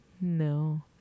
No